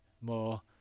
more